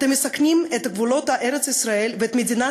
אתם מסכנים את גבולות ארץ-ישראל ואת מדינת